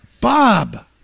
Bob